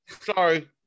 sorry